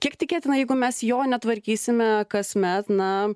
kiek tikėtina jeigu mes jo netvarkysime kasmet na